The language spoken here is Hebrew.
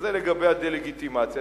אז זה לגבי הדה-לגיטימציה.